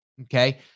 Okay